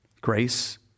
Grace